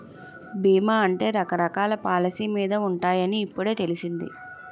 బీమా అంటే రకరకాల పాలసీ మీద ఉంటాయని ఇప్పుడే తెలిసింది